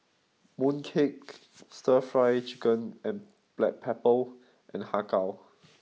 mooncake Stir fry chicken with black pepper and Har Kow